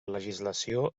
legislació